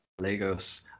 Lagos